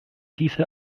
diese